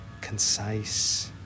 concise